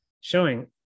showing